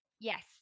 yes